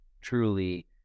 truly